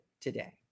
today